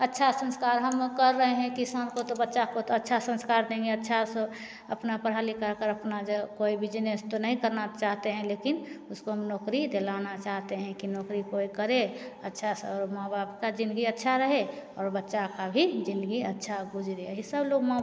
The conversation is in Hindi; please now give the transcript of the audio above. अच्छा सँस्कार हमलोग कर रहे हैं किसान को बच्चा को अच्छा सँस्कार देंगे तो अच्छा से अपना पढ़ा लिखाकर अपना जो कोई बिज़नेस तो नहीं करना चाहते हैं लेकिन उसको हम नौकरी दिलाना चाहते हैं कि नौकरी कोई करे अच्छा से और माँ बाप की जिन्दगी अच्छी रहे और बच्चे की भी जिन्दगी अच्छी गुज़रे सब लोग माँ बाप